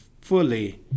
fully